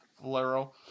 Valero